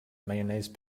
mayonnaise